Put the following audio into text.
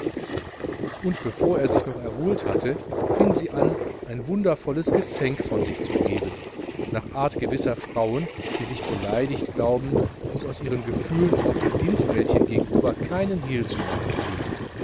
und bevor er sich noch erholt hatte fing sie an ein wundervolles gezänk von sich zu geben nach art gewisser frauen die sich beleidigt glauben und aus ihren gefühlen auch dem dienstmädchen gegenüber kein hehl zu machen pflegen